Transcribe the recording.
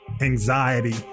anxiety